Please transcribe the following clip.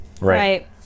right